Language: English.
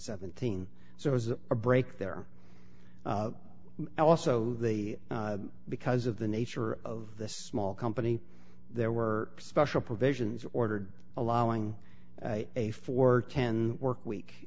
seventeen so it was a break there and also the because of the nature of this small company there were special provisions ordered allowing a four can work week